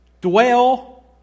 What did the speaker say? Dwell